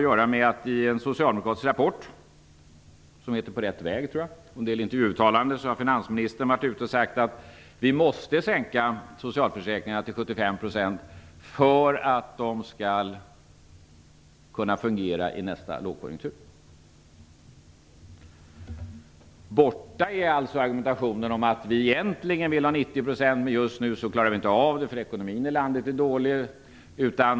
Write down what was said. I en socialdemokratisk rapport sägs det att vi är på rätt väg. Finansministern har i ett uttalande sagt att vi måste sänka nivåerna i socialförsäkringarna till 75 % för att de skall kunna fungera i nästa lågkonjunktur. Borta är argumentationen om att man egentligen vill ha 90 % men att man just nu inte klarar av det, eftersom ekonomin i landet är så dålig.